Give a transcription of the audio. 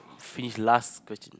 finish last question